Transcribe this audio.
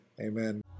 Amen